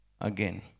again